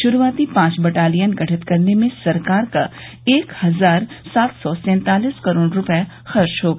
शुरूआती पांच बटालियन गठित करने में सरकार का एक हजार सात सौ सैंतालिस करोड़ रूपया खर्च होगा